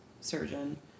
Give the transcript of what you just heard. surgeon